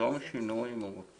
שייזום שינוי, אם הוא רוצה,